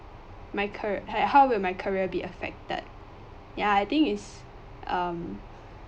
my car~ like how will my career be affected ya I think is um